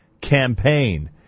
campaign